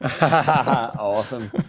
Awesome